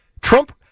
Trump